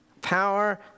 power